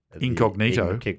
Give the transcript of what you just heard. Incognito